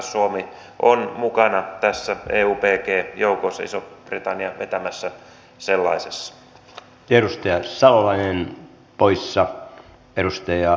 suomi on mukana eubg joukoissa ison britannian vetämässä sellaisessa kiristyvässä olen poissa edustaja